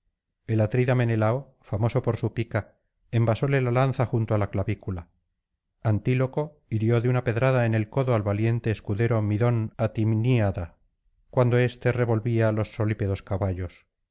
el atrida menelao famoso por su pica envasóle la lanza junto á la clavícula antíloco hirió de una pedrada en el codo al valiente escudero midón atimníada cuando éste revolvía los solípedos caballos